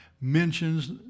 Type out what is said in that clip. mentions